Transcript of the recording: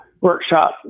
workshop